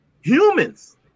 humans